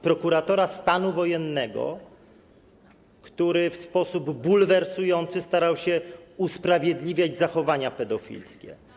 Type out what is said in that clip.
prokuratora stanu wojennego, który w sposób bulwersujący starał się usprawiedliwiać zachowania pedofilskie.